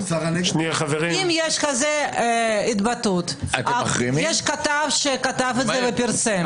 אם יש כזאת התבטאות, יש כתב שכתב את זה ופרסם.